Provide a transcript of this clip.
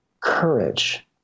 courage